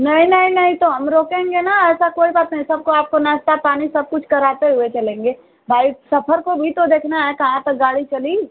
नहीं नहीं नहीं तो हम रोकेंगे ना ऐसा कोई बात नहीं सबको आपको नाश्ता पानी सब कुछ कराते हुए चलेंगे भाई सफर को भी तो देखना है कहाँ तक गाड़ी चली